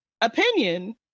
opinion